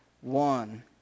one